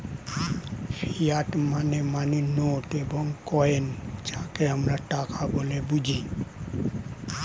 fiat money মানে note এবং coin যাকে আমরা টাকা বলে বুঝি